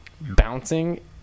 bouncing